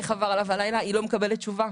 איך עבר עליו הלילה היא לא מקבלת תשובה.